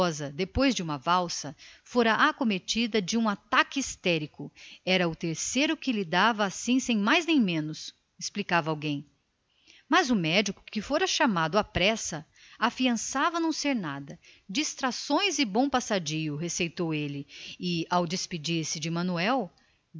depois de uma valsa fora acometida de um ataque de nervos era o terceiro que lhe dava assim sem mais nem menos felizmente o médico chamado a toda a pressa afiançou que aquilo não valia nada distrações e bom passadio receitou ele e ao despedir-se de manuel